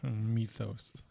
Mythos